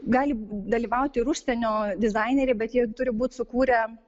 gali dalyvauti ir užsienio dizaineriai bet jie turi būt sukūrę